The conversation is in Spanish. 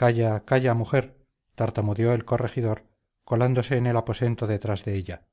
calla calla mujer tartamudeó el corregidor colándose en el aposento detrás de ella